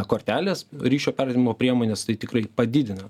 kortelės ryšio perdavimo priemonės tai tikrai padidina